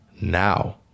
now